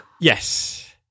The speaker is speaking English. Yes